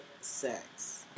sex